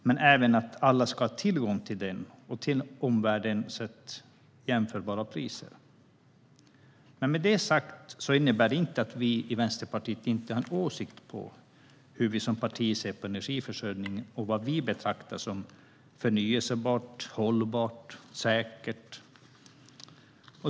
Men det handlar även om att alla ska ha tillgång till den och att det i förhållande till omvärlden ska vara jämförbara priser. Men med det sagt innebär det inte att vi i Vänsterpartiet inte har en åsikt om hur vi som parti ser på energiförsörjning och vad vi betraktar som förnybart, hållbart och säkert.